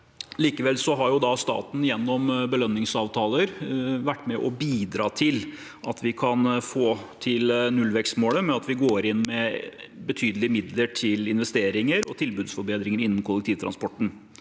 Likevel har staten gjennom belønningsavtaler vært med på å bidra til at vi kan få til nullvekstmålet ved at vi går inn med betydelige midler til investeringer og tilbudsforbedringer innen kollektivtransporten.